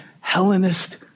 Hellenist